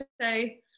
say